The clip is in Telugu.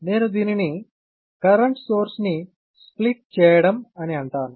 నేను దీనిని కరెంట్ సోర్స్ ని స్ప్లిట్ చేయడం అని అంటాను